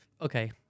okay